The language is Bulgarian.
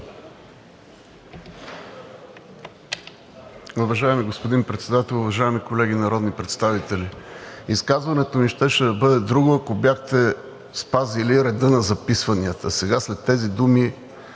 Уважаеми господин Председател, уважаеми колеги народни представители! Изказването ми щеше да бъде друго, ако бяхте спазили реда на записванията. Сега след тези думи